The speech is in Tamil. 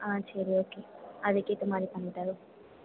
ஆ சரி ஓகே அதுக்கு ஏற்ற மாதிரி பண்ணித்தறோம்